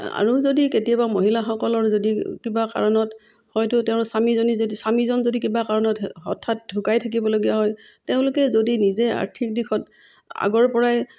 আৰু যদি কেতিয়াবা মহিলাসকলৰ যদি কিবা কাৰণত হয়তো তেওঁৰ স্বামীজনী যদি স্বামীজন যদি কিবা কাৰণত হঠাৎ ঢুকাই থাকিবলগীয়া হয় তেওঁলোকে যদি নিজে আৰ্থিক দিশত আগৰপৰাই